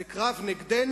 זה קרב נגדנו,